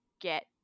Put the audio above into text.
get